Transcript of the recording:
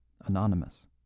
anonymous